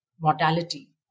mortality